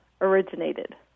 originated